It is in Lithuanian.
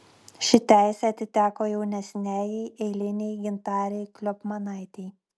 ši teisė atiteko jaunesniajai eilinei gintarei kliopmanaitei